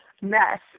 mess